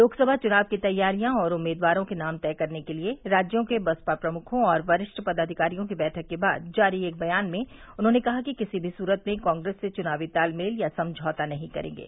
लोकसभा चुनाव की तैयारियां और उम्मीदवारों के नाम तय करने के लिये राज्यों के बसपा प्रमुखों और वरिष्ठ पदाधिकारियों की बैठक के बाद जारी एक बयान में उन्होंने कहा कि किसी भी सूरत में कांग्रेस से चुनावी तालमेल या समझौता नहीं करेंगे